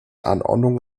anordnungen